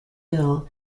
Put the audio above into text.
bill